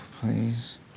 please